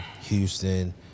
Houston